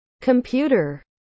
computer